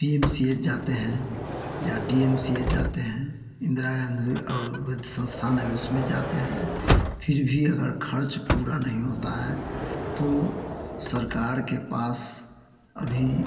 P M C H जाते हैं या डि एम सी ए जाते हैं इंद्रा गाँधी आयुर्वेद संस्थान है उसमें जाते हैं फिर भी अगर खर्च पूरा नहीं होता है तो सरकार के पास अभी